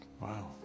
Wow